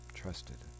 trusted